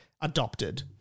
adopted